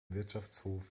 wirtschaftshof